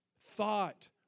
thought